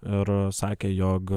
ir sakė jog